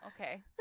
Okay